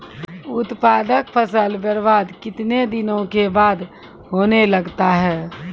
उत्पादन फसल बबार्द कितने दिनों के बाद होने लगता हैं?